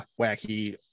wacky